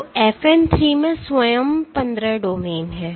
तो FN 3 में स्वयं 15 डोमेन हैं